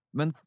Men